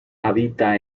habita